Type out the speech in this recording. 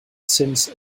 since